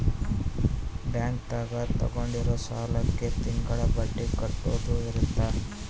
bank ದಾಗ ತಗೊಂಡಿರೋ ಸಾಲಕ್ಕೆ ತಿಂಗಳ ಬಡ್ಡಿ ಕಟ್ಟೋದು ಇರುತ್ತ